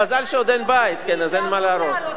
מזל שעוד אין בית אז אין מה להרוס.